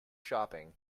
shopping